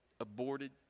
aborted